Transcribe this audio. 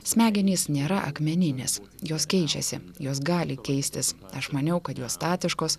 smegenys nėra akmeninės jos keičiasi jos gali keistis aš maniau kad jos statiškos